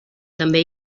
també